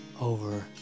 over